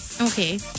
Okay